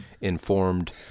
informed